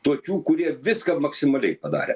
tokių kurie viską maksimaliai padarė